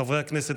חברי הכנסת,